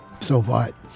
so-what